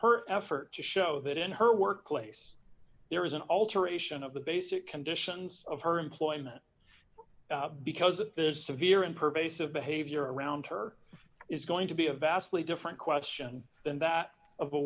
her effort to show that in her workplace there is an alteration of the basic conditions of her employment because it is severe and pervasive behavior around her is going to be a vastly different question than that of a